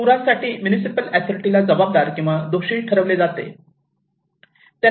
पुरा साठी municipal authority ला जबाबदार किंवा दोशी ठरवले जाते